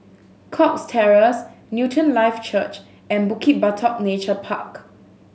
Cox Terrace Newton Life Church and Bukit Batok Nature Park